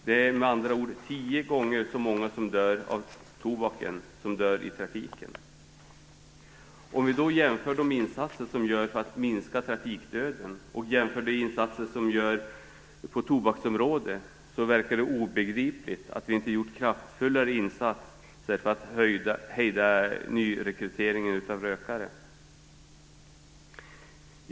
Det är med andra ord tio gånger så många som dör av tobak som i trafiken. Om vi då jämför de insatser som görs för att minska trafikdöden med insatserna på tobaksområdet verkar det obegripligt att vi inte gjort kraftfullare insatser för att hejda nyrekryteringen av rökare.